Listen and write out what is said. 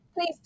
Please